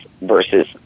versus